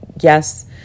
Yes